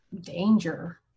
danger